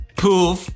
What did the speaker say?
poof